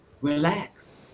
relax